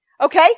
okay